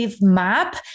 map